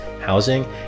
housing